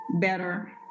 better